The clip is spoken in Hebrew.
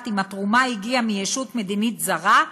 אם התרומה הגיעה מישות מדינית זרה,